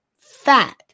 fat